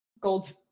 Gold